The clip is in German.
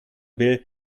will